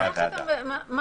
אם